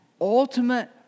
ultimate